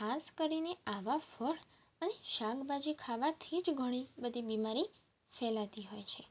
ખાસ કરીને આવાં ફળ અને શાકભાજી ખાવાથી જ ઘણી બધી બીમારી ફેલાતી હોય છે